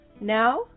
Now